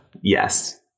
Yes